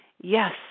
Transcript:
yes